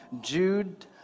Jude